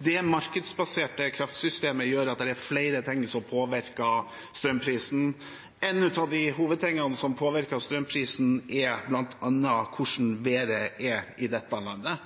Det markedsbaserte kraftsystemet gjør at det er flere ting som påvirker strømprisen. En av hovedtingene som påvirker strømprisen, er hvordan været er i dette landet.